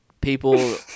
people